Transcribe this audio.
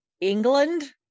england